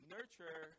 Nurture